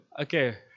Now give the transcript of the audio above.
Okay